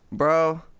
Bro